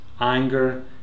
anger